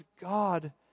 God